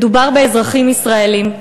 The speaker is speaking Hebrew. מדובר באזרחים ישראלים,